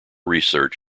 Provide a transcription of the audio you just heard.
research